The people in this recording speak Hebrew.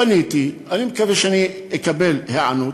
פניתי, אני מקווה שאני אקבל היענות.